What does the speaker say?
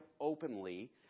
openly